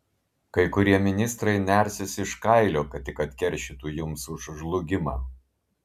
kai kurie ministrai nersis iš kailio kad tik atkeršytų jums už žlugimą